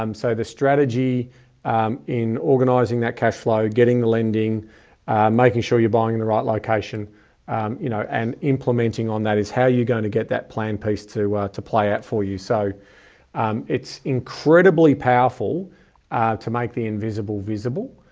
um so the strategy in organizing that cash flow, getting the lending making sure you're buying in the right location you know, and implementing on that is how you're going to get that plan piece to to play out for you. so it's incredibly powerful to make the invisible visible.